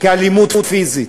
כאלימות פיזית.